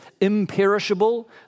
imperishable